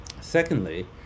Secondly